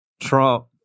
Trump